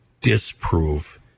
disprove